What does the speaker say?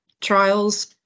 trials